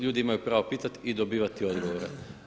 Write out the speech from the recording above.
Ljudi imaju pravo pitati i dobivati odgovore.